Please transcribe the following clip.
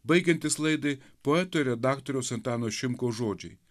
baigiantis laidai poeto ir redaktoriaus antano šimkaus žodžiai